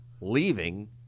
leaving